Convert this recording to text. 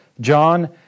John